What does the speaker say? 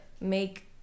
make